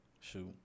Shoot